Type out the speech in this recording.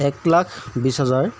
এক লাখ বিছ হাজাৰ